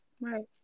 Right